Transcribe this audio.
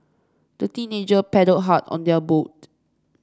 the teenager paddled hard on their boat